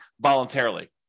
voluntarily